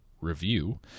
review